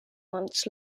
months